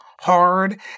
Hard